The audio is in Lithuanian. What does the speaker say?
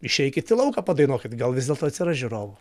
išeikit į lauką padainuokit gal vis dėlto atsiras žiūrovų